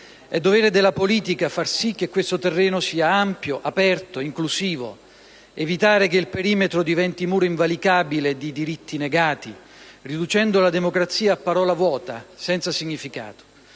È dovere della politica far sì che questo terreno sia ampio, aperto, inclusivo, evitare che il perimetro diventi muro invalicabile di diritti negati, riducendo la democrazia a parola vuota, senza significato.